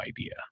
idea